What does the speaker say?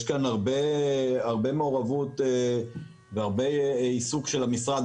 יש כאן הרבה מעורבות והרבה עיסוק של המשרד,